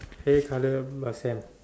hair colour um uh same